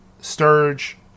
Sturge